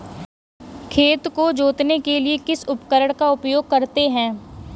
खेत को जोतने के लिए किस उपकरण का उपयोग करते हैं?